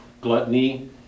Gluttony